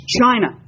China